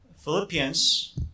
Philippians